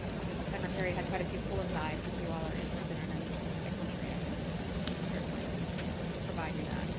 because the secretary had quite a few pull-asides, if you all are interested on any specific country. i can certainly provide you that